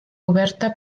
oberta